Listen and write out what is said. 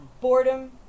boredom